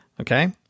Okay